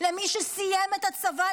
למי שסיים את הצבא?